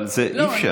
אבל אי-אפשר.